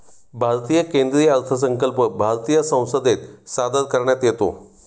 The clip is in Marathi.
भारतीय केंद्रीय अर्थसंकल्प भारतीय संसदेत सादर करण्यात येतो